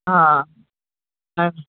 हा अछा